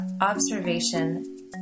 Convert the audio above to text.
observation